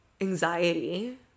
anxiety